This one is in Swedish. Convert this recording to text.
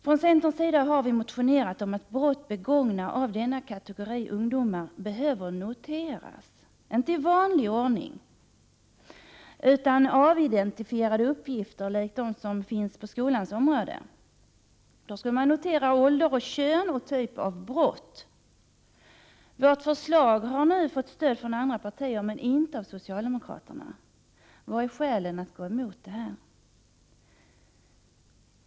Vi i centern har motionerat om att brott begångna av denna kategori ungdomar bör noteras — inte i vanlig ordning, utan det skall vara avidentifierade uppgifter likt dem som finns på skolans område. Man skulle notera ålder, kön och typ av brott. Vårt förslag har nu fått stöd från andra partier men inte av socialdemokraterna. Vilka är skälen till att gå emot detta förslag?